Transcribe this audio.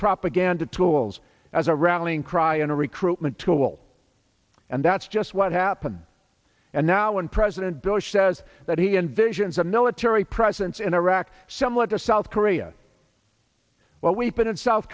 propaganda tools as a rallying cry and a recruitment tool and that's just what happened and now when president bush says that he envisions a military presence in iraq somewhat to south korea well we've been in south